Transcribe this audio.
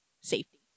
safety